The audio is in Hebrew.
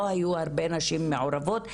לא היו הרבה נשים מעורבות,